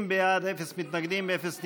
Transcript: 30 בעד, אפס מתנגדים, אפס נמנעים.